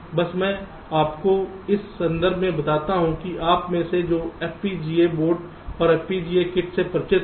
बस मैं आपको इस संदर्भ में बताता हूं कि आप में से जो FPGA बोर्ड और FPGA किट से परिचित हैं